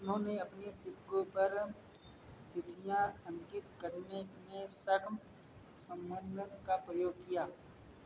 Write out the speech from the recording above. उन्होंने अपने सिक्कों पर तिथियाँ अंकित करने में शक संवत का प्रयोग किया